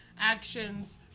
actions